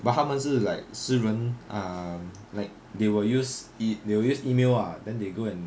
but 他们是 like 私人 ah like they will use e~ they will use email ah then they go and